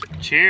Cheers